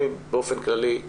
אני באופן כללי,